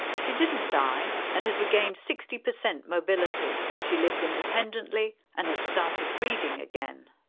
she didn't die and has regained sixty percent mobility. she lives independently and has started reading again.